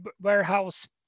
warehouse